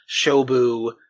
Shobu